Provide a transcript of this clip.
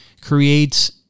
creates